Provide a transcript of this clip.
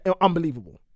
unbelievable